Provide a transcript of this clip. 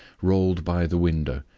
rolled by the window,